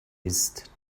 ist